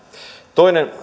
toinen